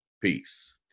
Peace